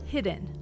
Hidden